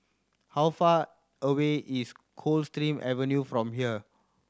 how far away is Coldstream Avenue from here